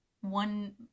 one